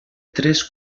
tres